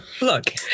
Look